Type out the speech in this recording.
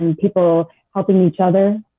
and people helping each other,